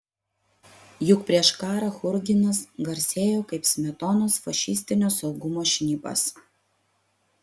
juk prieš karą churginas garsėjo kaip smetonos fašistinio saugumo šnipas